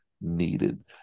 needed